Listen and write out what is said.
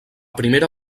primera